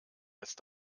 jetzt